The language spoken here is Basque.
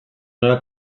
nola